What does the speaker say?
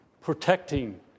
protecting